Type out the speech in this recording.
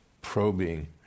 probing